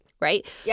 Right